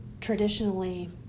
traditionally